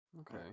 Okay